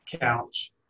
couch